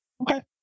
Okay